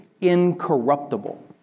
Incorruptible